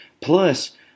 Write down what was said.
Plus